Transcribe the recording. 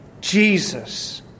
Jesus